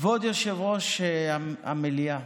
כבוד יושב-ראש המליאה,